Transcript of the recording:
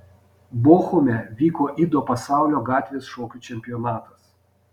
bochume vyko ido pasaulio gatvės šokių čempionatas